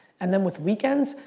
and then with weekends,